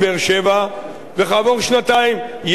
וכעבור שנתיים יש תוכנית כזאת.